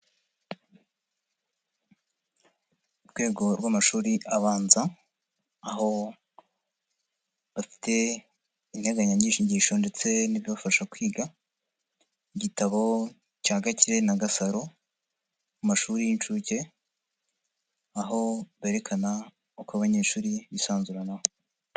Urwego rw'amashuri abanza, aho bafite integanyanyigisho ndetse n'ibibafasha kwiga, igitabo cya Gakire na Gasaro mu mashuri y'inshuke, aho berekana uko abanyeshuri bisanzuranaho.